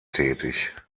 tätig